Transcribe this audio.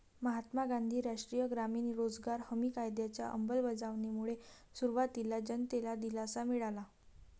महात्मा गांधी राष्ट्रीय ग्रामीण रोजगार हमी कायद्याच्या अंमलबजावणीमुळे सुरुवातीला जनतेला दिलासा मिळाला